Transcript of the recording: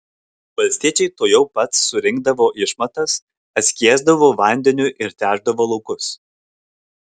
valstiečiai tuojau pat surinkdavo išmatas atskiesdavo vandeniu ir tręšdavo laukus